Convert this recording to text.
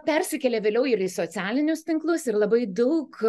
persikėlė vėliau ir į socialinius tinklus ir labai daug